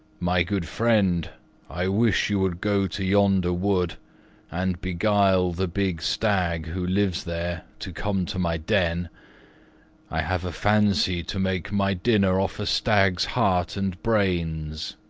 my good friend i wish you would go to yonder wood and beguile the big stag, who lives there, to come to my den i have a fancy to make my dinner off a stag's heart and brains.